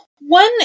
One